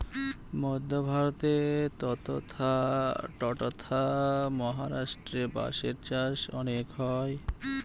মধ্য ভারতে ট্বতথা মহারাষ্ট্রেতে বাঁশের চাষ অনেক হয়